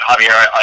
Javier